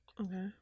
Okay